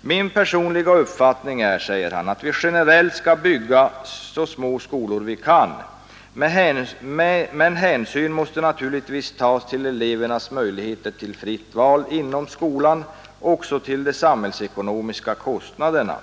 Min personliga uppfattning är att vi generellt ska bygga så små skolor vi kan. Men hänsyn måste naturligtvis tas till elevernas möjligheterer till fritt val inom skolan och också till de samhällsekonomiska kostnaderna.